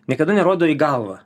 niekada nerodo į galvą